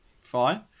fine